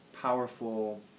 powerful